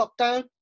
lockdown